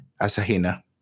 Asahina